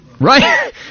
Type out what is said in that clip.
right